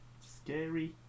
Scary